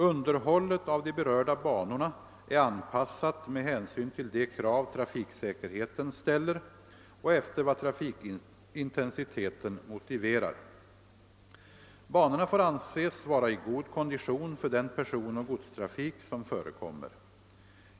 Underhållet av de berörda banorna är anpassat med hänsyn till de krav trafiksäkerheten ställer och efter vad trafikintensiteten motiverar. Banorna får anses vara i god kondition för den personoch godstrafik som förekommer.